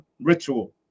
ritual